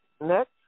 Next